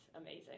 amazing